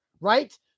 right